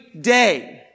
day